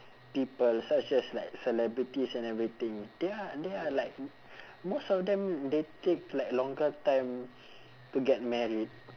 people such as like celebrities and everything they are they are like most of them they take like longer time to get married